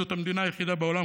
זאת המדינה היחידה בעולם,